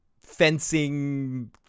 fencing